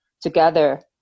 together